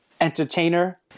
Entertainer